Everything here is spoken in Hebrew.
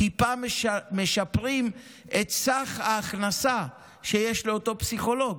טיפה משפרים את סך ההכנסה שיש לאותו פסיכולוג,